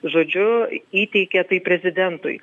žodžiu įteikė tai prezidentui